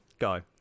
go